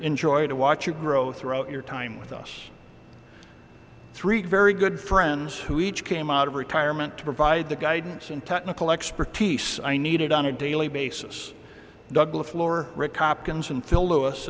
enjoy to watch you grow throughout your time with us three very good friends who each came out of retirement to provide the guidance and technical expertise i needed on a daily basis douglas floor rick coppins and phil lewis